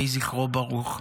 יהיה זכרו ברוך.